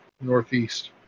Northeast